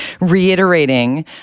reiterating